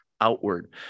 Outward